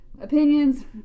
Opinions